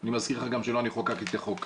אני מזכיר לך גם שלא אני חוקקתי את החוק.